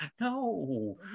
No